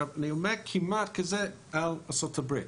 אני אומר "כמעט" כי זה על ארצות הברית.